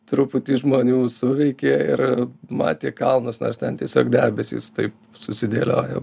truputį žmonių suveikė ir matė kalnus nors ten tiesiog debesys taip susidėliojo